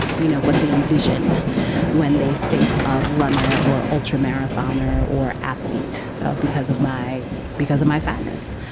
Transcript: you know what they envision when they think of runner or ultra marathoner or athlete. so because of my because of my fatness.